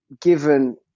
given